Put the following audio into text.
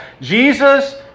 Jesus